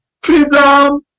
freedom